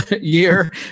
year